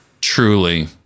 Truly